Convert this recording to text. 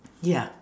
ya